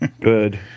Good